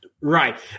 Right